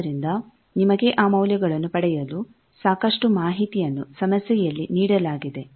ಆದ್ದರಿಂದ ನಿಮಗೆ ಆ ಮೌಲ್ಯಗಳನ್ನು ಪಡೆಯಲು ಸಾಕಷ್ಟು ಮಾಹಿತಿಯನ್ನು ಸಮಸ್ಯೆಯಲ್ಲಿ ನೀಡಲಾಗಿದೆ